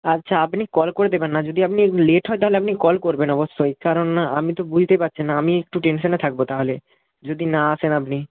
আচ্ছা আপনি কল করে দেখবেন না যদি আপনি লেট হয় তাহলে আপনি কল করবেন অবশ্যই কারণ না আমি তো বুঝতেই পারছেন আমি একটু টেনশনে থাকব তাহলে যদি না আসেন আপনি